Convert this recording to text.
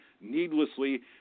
needlessly